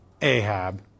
Ahab